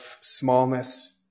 smallness